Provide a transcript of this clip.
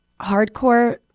hardcore